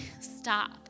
stop